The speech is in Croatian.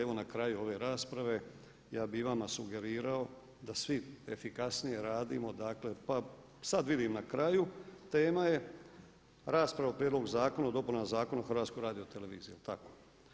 Evo na kraju ove rasprave ja bih vama sugerirao da svi efikasnije radimo, dakle pa sad vidim na kraju tema je rasprava o prijedlogu zakona o dopunama Zakona o HRT-a jel' tako?